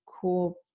cool